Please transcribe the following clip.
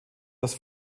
das